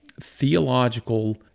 theological